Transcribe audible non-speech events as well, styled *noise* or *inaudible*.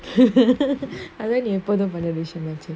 *laughs* அதா நீ எப்போது பன்ர விசயமாச்சே:athaa nee eppothu panra visayamaache